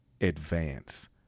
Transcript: advance